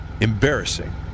Embarrassing